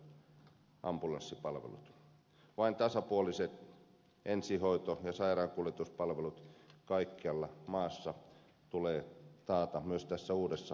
tasapuoliset ensihoito ja sairaankuljetuspalvelut kaikkialla maassa tulee taata myös tässä uudessa terveydenhuoltolaissa